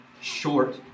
short